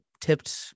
tipped –